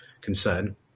concern